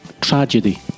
tragedy